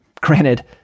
Granted